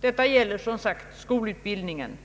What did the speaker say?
Detta gäller som sagt skolutbildningen.